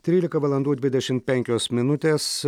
trylika valandų ir dvidešimt penkios minutės